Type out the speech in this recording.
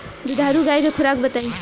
दुधारू गाय के खुराक बताई?